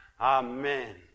Amen